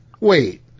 wait